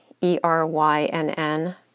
E-R-Y-N-N